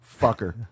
Fucker